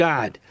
God